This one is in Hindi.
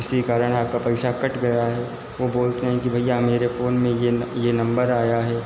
इसी कारण आपका पैसा कट गया है वह बोलते हैं कि भैया मेरे फ़ोन में यह यह नंबर आया है